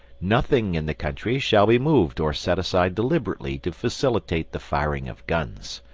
nothing in the country shall be moved or set aside deliberately to facilitate the firing of guns.